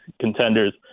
contenders